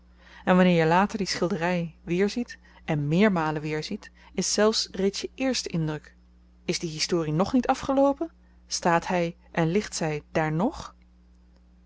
en wanneer je later die schildery weerziet en meermalen weerziet is zelfs reeds je eerste indruk is die historie nog niet afgeloopen staat hy en ligt zy daar ng